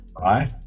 Right